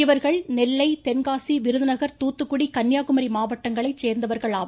இவர்கள் நெல்லை தென்காசி விருதுநகர் தூத்துக்குடி கன்னியாகுமரி மாவட்டங்களை சோ்ந்தவர்கள் ஆவர்